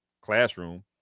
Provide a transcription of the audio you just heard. classroom